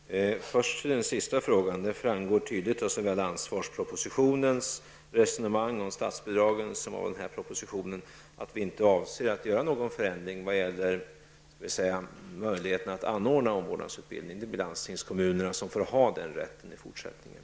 Herr talman! Jag börjar med den sista frågan. Det framgår tydligt av såväl ansvarspropositionens resonemang om statsbidragen som av denna proposition att vi inte avser att göra någon förändring i vad gäller möjligheterna att anordna omvårdnadsutbildning. Landstingskommunerna får ha den rätten i fortsättningen.